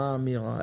מה האמירה?